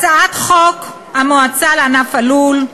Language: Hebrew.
הצעת חוק המועצה לענף הלול,